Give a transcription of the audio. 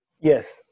Yes